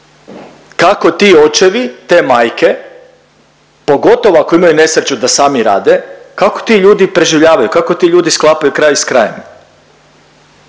Kako ti očevi, te majke pogotovo ako imaju nesreću da sami rade, kako ti ljudi preživljavaju, kako ti ljudi sklapaju kraj s krajem?